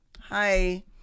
Hi